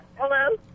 Hello